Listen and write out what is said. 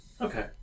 Okay